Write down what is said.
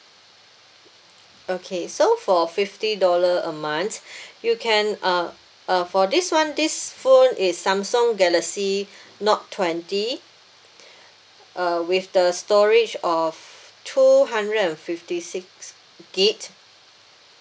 okay so for fifty dollar a month you can uh uh for this [one] this phone is Samsung galaxy note twenty uh with the storage of two hundred and fifty six gig